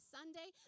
Sunday